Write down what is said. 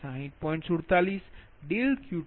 47Q2V3તમને 31